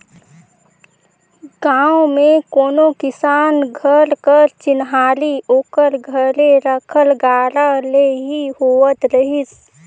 गाँव मे कोनो किसान घर कर चिन्हारी ओकर घरे रखल गाड़ा ले ही होवत रहिस